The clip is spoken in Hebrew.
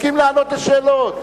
מסכים לענות לשאלות.